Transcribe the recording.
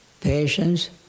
patience